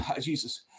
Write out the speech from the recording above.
Jesus